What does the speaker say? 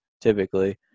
typically